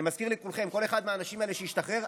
אני מזכיר לכולכם: כל אחד מהאנשים האלה שהשתחרר,